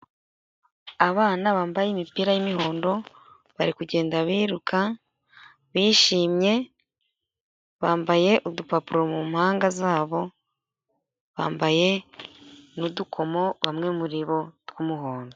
Abana bambaye imipira y'imihondo, bari kugenda biruka bishimye, bambaye udupapuro mu mpanga zabo, bambaye n'udukomo bamwe muri bo tw'umuhondo.